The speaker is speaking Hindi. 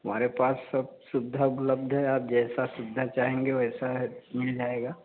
हमारे पास सब सुविधा उपलब्ध है आप जैसी सुविधा चाहेंगे वैसी है मिल जाएगी